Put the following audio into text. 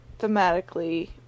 thematically